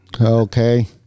Okay